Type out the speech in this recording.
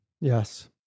Yes